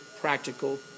practical